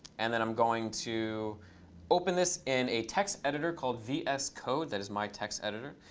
and then i'm going to open this in a text editor called vscode. that is my text editor.